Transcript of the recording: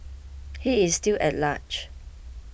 he is still at large